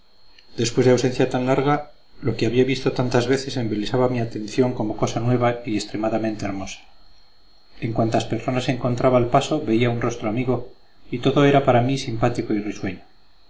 después de ausencia tan larga lo que había visto tantas veces embelesaba mi atención como cosa nueva y extremadamente hermosa en cuantas personas encontraba al paso veía un rostro amigo y todo era para mí simpático y risueño